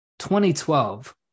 2012